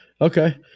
Okay